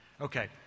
Okay